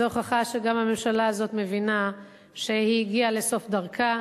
זאת הוכחה שגם הממשלה הזאת מבינה שהיא הגיעה לסוף דרכה,